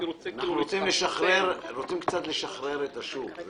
רוצים קצת לשחרר את השוק.